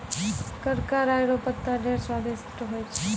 करका राय रो पत्ता ढेर स्वादिस्ट होय छै